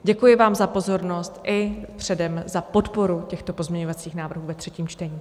Děkuji vám za pozornost i předem za podporu těchto pozměňovacích návrhů ve třetím čtení.